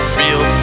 real